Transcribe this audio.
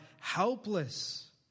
helpless